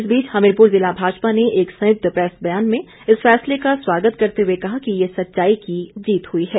इस बीच हमीरपुर जिला भाजपा ने एक संयुक्त प्रैस बयान में इस फैसले का स्वागत करते हुए कहा कि ये सच्चाई की जीत हुई है